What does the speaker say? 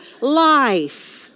life